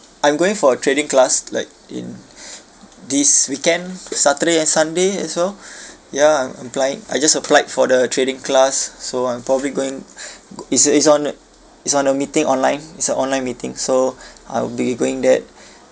I'm going for a trading class like in this weekend saturday and sunday also ya I'm applying I just applied for the trading class so I'm probably going g~ it's it's on a it's on a meeting online it's a online meeting so I'll be going that